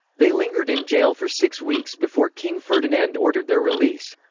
they lingered in jail for six weeks before king ferdinand ordered their release.